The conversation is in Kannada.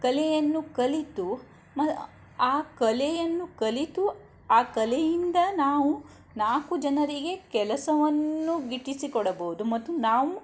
ಕಲೆಯನ್ನು ಕಲಿತು ಆ ಕಲೆಯನ್ನು ಕಲಿತು ಆ ಕಲೆಯಿಂದ ನಾವು ನಾಲ್ಕು ಜನರಿಗೆ ಕೆಲಸವನ್ನು ಗಿಟ್ಟಿಸಿಕೊಡಬಹುದು ಮತ್ತು ನಾವು